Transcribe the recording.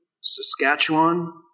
Saskatchewan